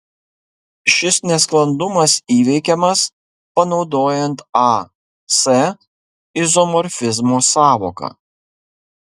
šis nesklandumas įveikiamas panaudojant as izomorfizmo sąvoką